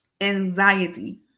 anxiety